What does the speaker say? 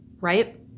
right